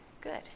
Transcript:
Good